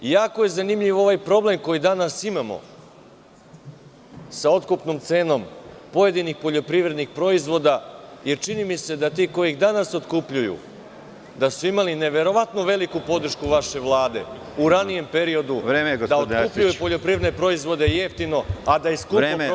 Jako je zanimljiv ovaj problem koji danas imamo sa otkupnom cenom pojedinih poljoprivrednih proizvoda, jer čini mi se da ti koji ih danas otkupljuju, da su imali neverovatno veliku podršku vaše Vlade, u ranijem periodu da otkupljuju poljoprivredne proizvode jeftino a da ih skupo prodaju na tržištu.